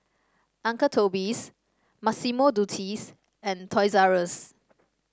Uncle Toby's Massimo Dutti's and Toys R Us